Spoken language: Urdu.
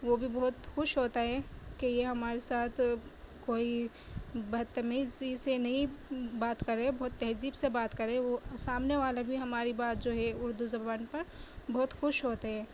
وہ بھی بہت خوش ہوتا ہے کہ یہ ہمارے ساتھ کوئی بدتمیزی سے نہیں بات کر رہے بہت تہذیب سے بات کر رہے وہ سامنے والا بھی ہماری بات جو ہے اردو زبان پر بہت خوش ہوتے ہے